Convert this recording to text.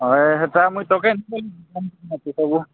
ହଏ ହେନ୍ତା ମୁଇଁ ତକେ